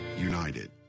united